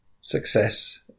success